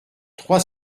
trois